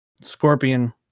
Scorpion